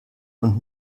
und